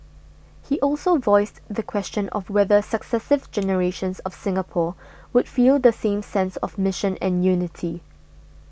he also voiced the question of whether successive generations of Singapore would feel the same sense of mission and unity